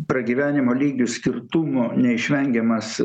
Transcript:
pragyvenimo lygių skirtumo neišvengiamas